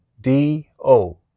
D-O